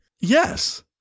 Yes